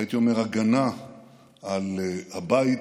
והייתי אומר, הגנה על הבית